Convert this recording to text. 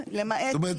למעט --- זאת אומרת,